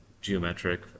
geometric